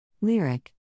Lyric